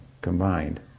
combined